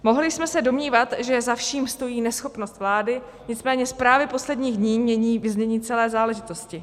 Mohli jsme se domnívat, že za vším stojí neschopnost vlády, nicméně zprávy posledních dní mění vyznění celé záležitosti.